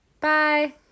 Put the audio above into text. bye